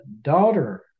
daughter